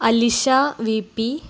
Alisha V P